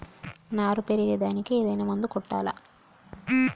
నారు పెరిగే దానికి ఏదైనా మందు కొట్టాలా?